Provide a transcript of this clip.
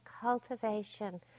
cultivation